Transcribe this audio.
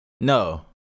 no